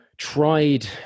tried